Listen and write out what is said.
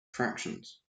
fractions